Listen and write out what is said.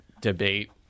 debate